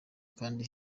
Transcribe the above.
kandi